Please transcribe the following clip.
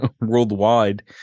worldwide